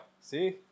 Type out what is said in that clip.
see